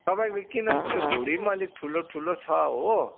तपाईँको किनौँ त्यो भुँडी अलिक ठूलो ठूलो छ हो